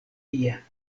tie